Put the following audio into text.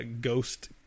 Ghost